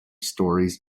stories